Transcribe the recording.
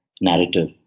narrative